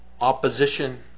opposition